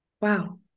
Wow